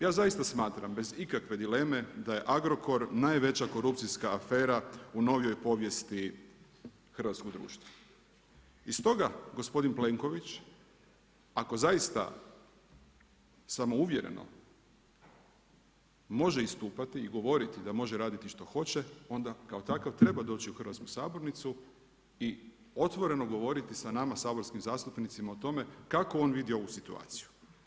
Ja zaista smatram bez ikakve dileme da je Agrokor najveća korupcijska afera u novijoj povijesti hrvatskog društva i stoga gospodin Plenković ako zaista samouvjereno može istupati i govoriti da može raditi što hoće, onda kao takav treba doći u hrvatsku sabornicu i otvoreno govoriti sa nama saborskim zastupnicima o tome kako on vidi ovu situaciju.